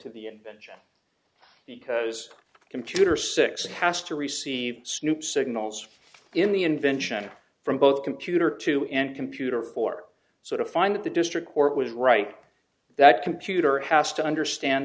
to the bench because computer six has to receive snoop signals in the invention from both computer to and computer report so to find that the district court was right that computer has to understand